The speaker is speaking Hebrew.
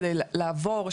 כדי לעבור,